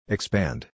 Expand